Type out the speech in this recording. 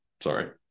Sorry